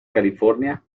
california